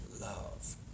love